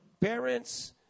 parents